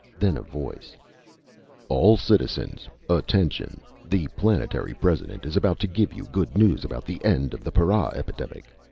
then a voice all citizens attention! the planetary president is about to give you good news about the end of the para epidemic!